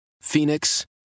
Phoenix